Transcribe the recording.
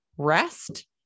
Rest